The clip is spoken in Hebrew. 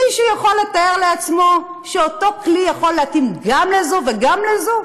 מישהו יכול לתאר לעצמו שאותו כלי יכול להתאים גם לזו וגם לזו?